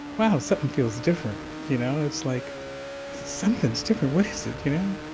wow, something feels different, you know? it's like something's different. what is it, you know?